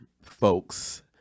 folks